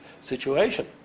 situation